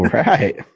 right